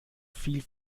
viel